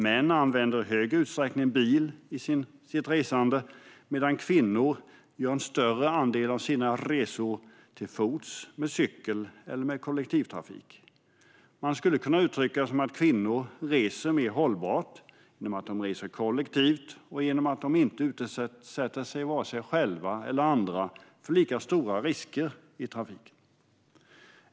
Män använder bil i högre utsträckning, medan kvinnor gör en större andel av sina resor till fots, med cykel eller med kollektivtrafik. Man skulle kunna uttrycka det som att kvinnor reser mer hållbart genom att de reser kollektivt och genom att de inte utsätter sig själva eller andra för lika stora risker i trafiken.